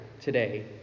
today